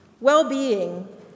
well-being